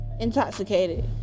intoxicated